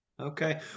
Okay